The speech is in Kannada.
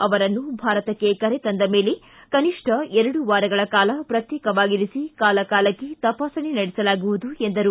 ಅವರನ್ನು ಭಾರತಕ್ಷೆ ಕರೆ ತಂದ ಮೇಲೆ ಕನಿಷ್ಠ ಎರಡು ವಾರಗಳ ಕಾಲ ಪ್ರತ್ಯೇಕವಾಗಿರಿಸಿ ಕಾಲಕಾಲಕ್ಕೆ ತಪಾಸಣೆ ನಡೆಸಲಾಗುವುದು ಎಂದರು